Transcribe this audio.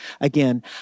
again